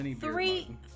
three